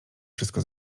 wszystko